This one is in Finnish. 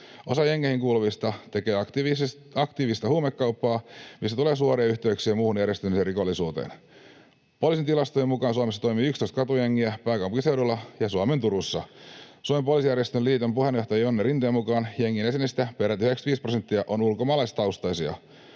Osa jengeihin kuuluvista tekee aktiivista huumekauppaa, mistä tulee suoria yhteyksiä muuhun järjestäytyneeseen rikollisuuteen. Poliisin tilastojen mukaan Suomessa toimii 11 katujengiä pääkaupunkiseudulla ja Suomen Turussa. Suomen Poliisijärjestöjen Liiton puheenjohtaja Jonne Rinteen mukaan jengien jäsenistä peräti 95 prosenttia on ulkomaalaistaustaisia.